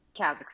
Kazakhstan